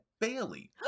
Bailey